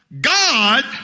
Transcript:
God